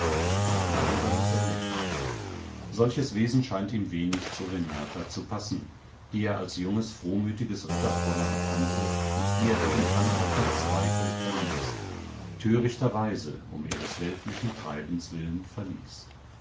darüber muß er lächeln solches wesen scheint ihm wenig zu renata zu passen die er als junges frohmütiges ritterfräulein kannte und die er wegen krankhafter zweifel verließ törichterweise um ihres weltlichen treibens willen verließ